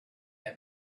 her